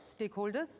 stakeholders